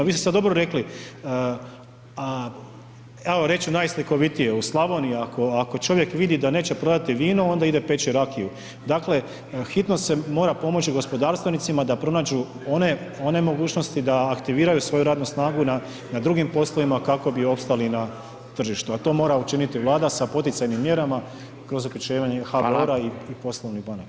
Vi ste sad dobro rekli, evo reći ću najslikovitije, u Slavoniji, ako čovjek vidi da neće prodati vino, onda ide peć rakiju, dakle hitno se mora pomoći gospodarstvenicima da pronađu one mogućnosti da aktiviraju svoju radnu snagu na drugim poslovima kako bi opstali na tržištu a to mora učiniti Vlada sa poticajnim mjerama kroz uključivanje HBOR-a i poslovnih banaka.